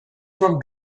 from